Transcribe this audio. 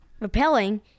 Repelling